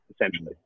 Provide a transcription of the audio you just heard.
essentially